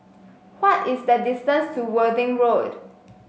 why is the distance to Worthing Road